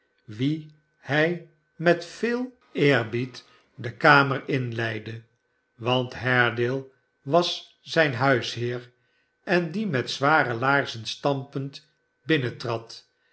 wien hij met veel eerbied de kamer inleidde want haredale was zijn huisheer en die met zware laarzen stampend